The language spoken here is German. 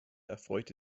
erfreute